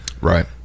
Right